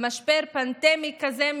במשבר פנדמי כזה,